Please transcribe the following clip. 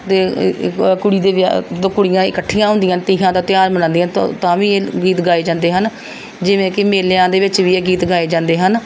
ਅਤੇ ਕੁੜੀ ਦੇ ਵਿਆਹ ਜਦੋਂ ਕੁੜੀਆਂ ਇਕੱਠੀਆਂ ਹੁੰਦੀਆਂ ਹਨ ਤੀਆਂ ਦਾ ਤਿਉਹਾਰ ਮਨਾਉਂਦੀਆਂ ਹਨ ਤੋ ਤਾਂ ਵੀ ਇਹ ਗੀਤ ਗਾਏ ਜਾਂਦੇ ਹਨ ਜਿਵੇਂ ਕਿ ਮੇਲਿਆਂ ਦੇ ਵਿੱਚ ਵੀ ਇਹ ਗੀਤ ਗਾਏ ਜਾਂਦੇ ਹਨ